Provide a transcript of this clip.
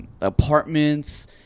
apartments